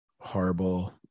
horrible